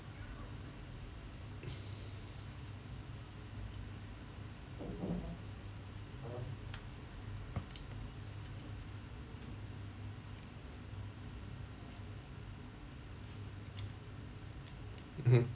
mmhmm